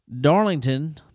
Darlington